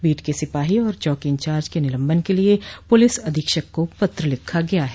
beat के सिपाही और चौकी इंचार्ज के निलम्बन के लिये पुलिस अधीक्षक को पत्र लिखा गया है